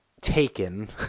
taken